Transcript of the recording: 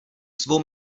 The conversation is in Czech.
svou